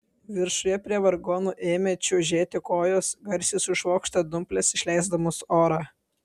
viršuje prie vargonų ėmė čiužėti kojos garsiai sušvokštė dumplės išleisdamos orą